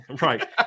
right